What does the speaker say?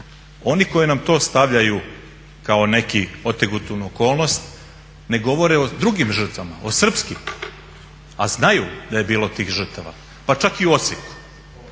oni koji nam to stavljaju kao neki otegotnu okolnost ne govore o drugim žrtvama, o srpskim a znaju da je bilo tih žrtava pa čak i u Osijeku.